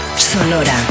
Sonora